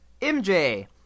MJ